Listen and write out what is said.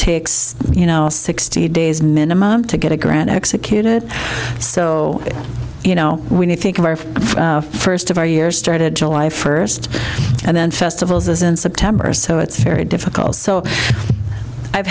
takes you know sixty days minimum to get a grant executed so you know we need think of our first of our year started july first and then festivals in september so it's very difficult so i've